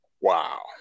wow